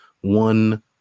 one